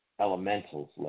elementals